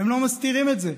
הם לא מסתירים את זה,